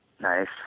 Nice